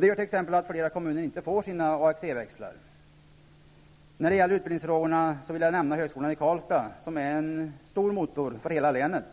Det innebär att flera kommuner inte får sina AXE-växlar. När det gäller utbildningsfrågorna vill jag nämna högskolan i Karlstad, som är en stor motor för hela länet.